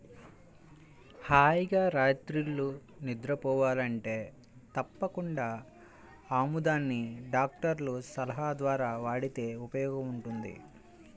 హాయిగా రాత్రిళ్ళు నిద్రబోవాలంటే తప్పకుండా ఆముదాన్ని డాక్టర్ల సలహా ద్వారా వాడితే ఉపయోగముంటది